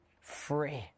free